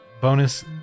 bonus